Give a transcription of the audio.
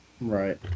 Right